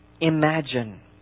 Imagine